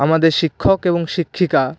আমাদের শিক্ষক এবং শিক্ষিকা